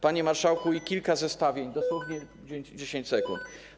Panie marszałku, i kilka zestawień, dosłownie 10 sekund.